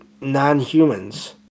non-humans